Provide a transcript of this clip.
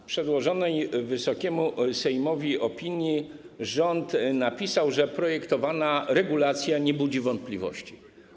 W przedłożonej Wysokiemu Sejmowi opinii rząd napisał, że projektowana regulacja nie budzi wątpliwości.